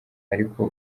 ariko